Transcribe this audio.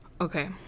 Okay